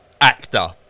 actor